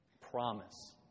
promise